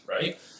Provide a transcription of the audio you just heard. right